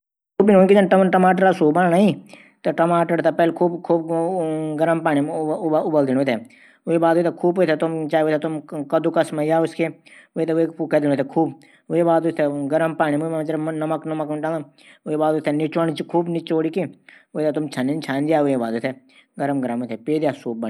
अमलेट बनाणू सबसे पैली अंडो थै खट खट फोडिकी एक कटोरा मा डाल दिंदन फिर वे मा प्याज हर पता काटी और लूण मिलेकी खूब फंट्यांन फिर तवा मां फैलै दिन। फिर दूशरी तरफ भी पकण दिन। फिर बंणी ग्या अमलेट